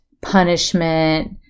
punishment